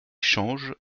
changent